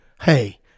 Hey